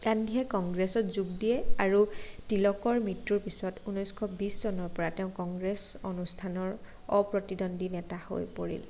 গান্ধীয়ে কংগ্ৰেছত যোগ দিয়ে আৰু তিলকৰ মৃত্যুৰ পিছত ঊনৈছশ বিছ চনৰ পিছত তেওঁ কংগ্ৰেছ অনুষ্ঠানৰ অপ্ৰতিদ্বন্দী নেতা হৈ পৰিল